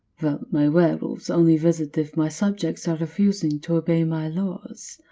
well, my werewolves only visit if my subjects are refusing to obey my laws.